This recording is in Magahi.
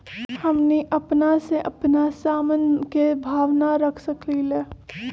हमनी अपना से अपना सामन के भाव न रख सकींले?